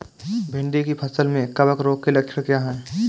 भिंडी की फसल में कवक रोग के लक्षण क्या है?